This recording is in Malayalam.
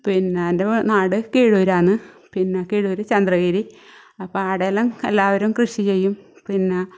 പിന്നെ എൻ്റെ നാട് കീഴൂരാന്ന് പിന്നെ കീഴൂര് ചന്ദ്രഗിരി അപ്പോൾ അവിടെയെല്ലാം എല്ലാവരും കൃഷി ചെയ്യും പിന്നെ